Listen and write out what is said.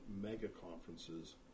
mega-conferences